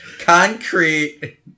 Concrete